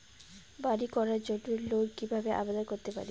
বাড়ি করার জন্য লোন কিভাবে আবেদন করতে পারি?